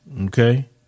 okay